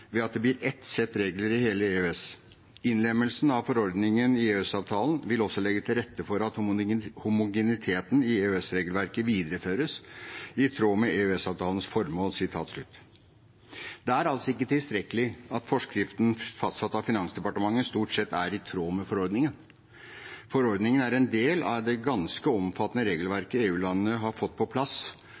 ved at det blir ett sett regler i hele EØS. Innlemmelse av forordningen i EØS-avtalen vil også legge til rette for at homogeniteten i EØS-regelverket videreføres i tråd med EØS-avtalens formål.» Det er altså ikke tilstrekkelig at forskriften fastsatt av Finansdepartementet stort sett er i tråd med forordningen. Forordningen er en del av det ganske omfattende regelverket EU-landene har fått på plass